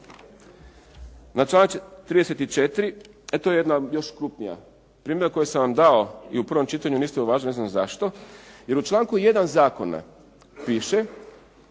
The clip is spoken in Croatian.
Na članak 34. To je jedna još krupnija primjedba koju sam vam dao i u prvom čitanju, niste je uvažili, ne znam zašto jer u članku 1. zakona piše